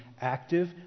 active